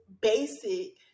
basic